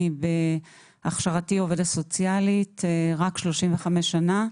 אני בהכשרתי עובדת סוציאלית רק 35 שנים.